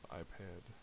iPad